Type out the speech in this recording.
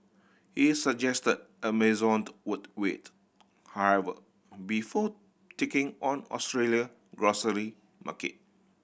he suggested Amazon would wait however before taking on Australia grocery market